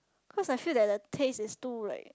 cause I feel that the taste it too like